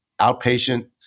outpatient